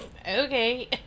okay